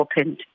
opened